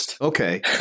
Okay